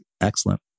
excellent